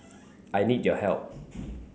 I need your help